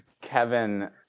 Kevin